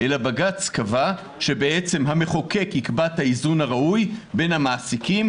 אלא בג"ץ קבע שהמחוקק יקבע את האיזון הראוי בין המעסיקים,